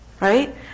Right